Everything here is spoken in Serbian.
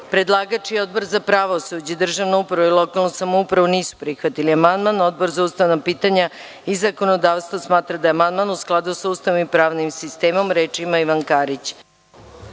Senić. Predlagač i Odbor za pravosuđe, državnu upravu i lokalnu samoupravu nisu prihvatili amandman. Odbor za ustavna pitanja i zakonodavstvo smatra da je amandman u skladu sa Ustavom i pravnim sistemom. Da li neko želi